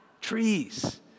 trees